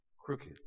crooked